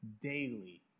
daily